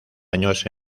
años